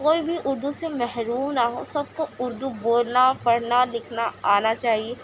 کوئی بھی اردو سے محروم نہ ہو سب کو اردو بولنا پڑھنا لکھنا آنا چاہیے